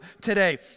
today